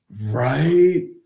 Right